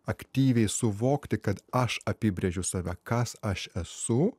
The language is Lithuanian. aktyviai suvokti kad aš apibrėžiu save kas aš esu